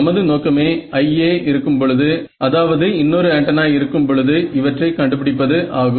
நமது நோக்கமே IA இருக்கும் பொழுது அதாவது இன்னொரு ஆண்டனா இருக்கும் இப்பொழுது இவற்றை கண்டு பிடிப்பது ஆகும்